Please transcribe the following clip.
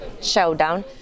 showdown